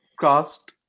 cast